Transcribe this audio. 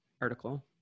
article